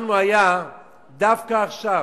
שלנו היה דווקא עכשיו,